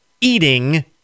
eating